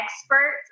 expert